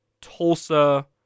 Tulsa